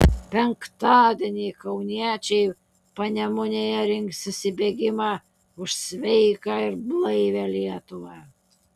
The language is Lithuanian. penktadienį kauniečiai panemunėje rinksis į bėgimą už sveiką ir blaivią lietuvą